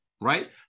right